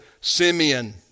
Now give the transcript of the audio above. Simeon